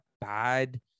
bad